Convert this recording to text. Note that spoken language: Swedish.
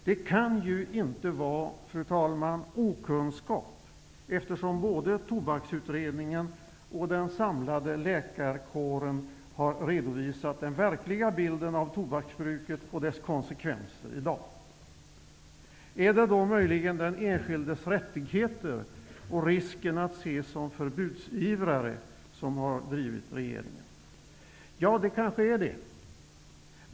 Det kan ju, fru talman, inte bero på okunskap, eftersom både Tobaksutredningen och den samlade läkarkåren har redovisat den verkliga bilden av tobaksbruket och dess konsekvenser i dag. Är det möjligen den enskildes rättigheter och risken att man ses som förbudsivrare som har drivit regeringen? Ja, det kanske är det.